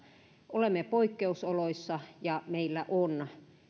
olemme poikkeusoloissa ja meillä on